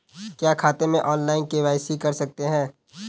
क्या खाते में ऑनलाइन के.वाई.सी कर सकते हैं?